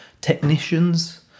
technicians